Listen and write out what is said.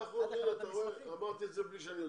הנה, אמרתי את זה בלי שאני יודע.